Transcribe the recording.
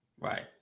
right